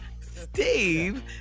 steve